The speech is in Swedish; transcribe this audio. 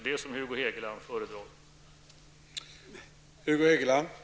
Hugo Hegeland kanske föredrar det.